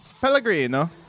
Pellegrino